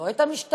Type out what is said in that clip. לא את המשטרה,